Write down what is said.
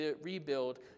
rebuild